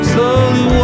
Slowly